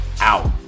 Out